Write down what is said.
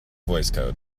voicecode